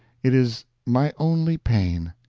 it is my only pain.